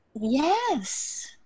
Yes